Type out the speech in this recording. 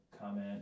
comment